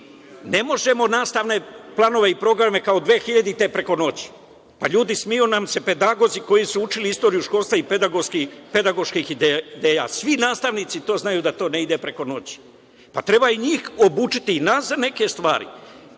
ne možemo nastavne planove i programe, kao 2000. godine, preko noći. Pa, ljudi, smeju nam se pedagozi koji su učili istoriju školstva i pedagoških ideja. Svi nastavnici to znaju, da to ne ide preko noći. Treba i njih obučiti i nas za neke stvari.